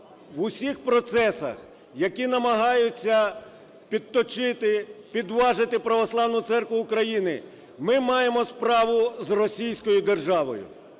в усіх процесах, які намагаються підточити, підважити Православну Церкву України, ми маємо справу з Російською державою.